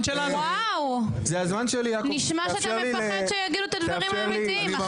וואו, נשמע שאתה מפחד שיגידו את הדברים האמיתיים.